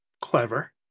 clever